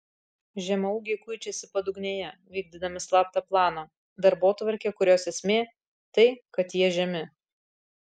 žemaūgiai kuičiasi padugnėje vykdydami slaptą planą darbotvarkę kurios esmė tai kad jie žemi